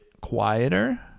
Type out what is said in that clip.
quieter